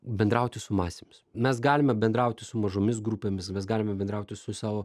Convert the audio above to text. bendrauti su masėmis mes galime bendrauti su mažomis grupėmis mes galime bendrauti su savo